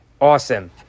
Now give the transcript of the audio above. awesome